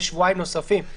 בשבועיים נוספים.